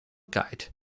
guide